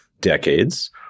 decades